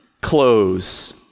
Close